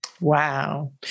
Wow